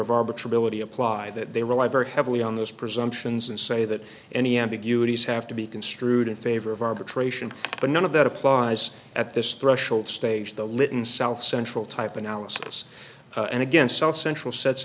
of arbitrary realty apply that they rely very heavily on this presumptions and say that any ambiguities have to be construed in favor of arbitration but none of that applies at this threshold stage the litton south central type analysis and against south central sets